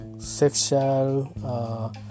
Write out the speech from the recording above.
sexual